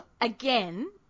Again